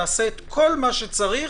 נעשה כל מה שצריך